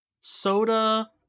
soda